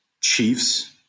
Chiefs